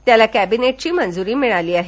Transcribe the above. त्यास कॅबिनेटची मंजूरी मिळाली आहे